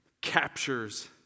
captures